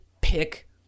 pick